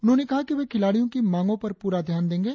उन्होंने कहा कि वे खिलाड़ियों की मांगों पर पूरा ध्यान देंगे